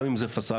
גם אם זה פסאדה,